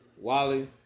Wally